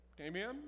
Amen